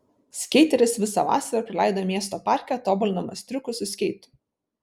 skeiteris visą vasarą praleido miesto parke tobulindamas triukus su skeitu